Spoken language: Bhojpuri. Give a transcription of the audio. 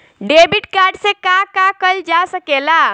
डेबिट कार्ड से का का कइल जा सके ला?